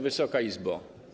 Wysoka Izbo!